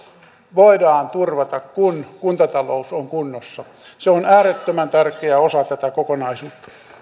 voidaan turvata kun kuntatalous on kunnossa se on äärettömän tärkeä osa tätä kokonaisuutta